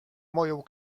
moją